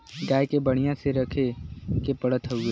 गाय के बढ़िया से रखे के पड़त हउवे